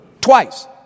twice